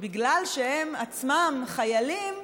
בגלל שהם עצמם חיילים,